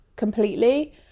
completely